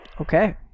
Okay